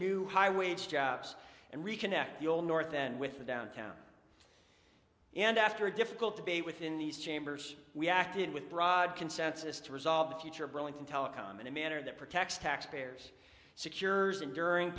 new high wage jobs and reconnect fuel north and with the downtown and after a difficult debate within these chambers we acted with broad consensus to resolve the future of burlington telecom in a manner that protects taxpayers secures and during